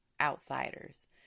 outsiders